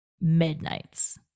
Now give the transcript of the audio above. midnights